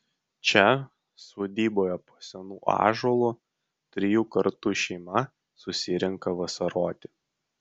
čia sodyboje po senu ąžuolu trijų kartų šeima susirenka vasaroti